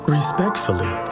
respectfully